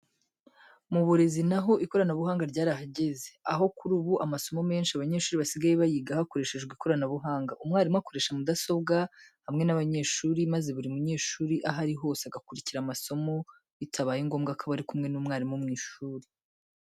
Mu burezi na ho ikoranabuhanga ryarahageze, aho kuri ubu amasomo menshi abanyeshuri basigaye bayiga hakoreshewe ikoranabuhanga. Umwarimu akoresha mudasobwa hamwe n'abanyeshuri maze buri munyeshuri aho ari hose agakurikira amasomo bitabaye ngombwa ko aba ari kumwe n'umwarimu mu ishuri.